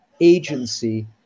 agency